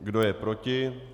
Kdo je proti?